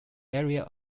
area